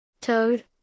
Toad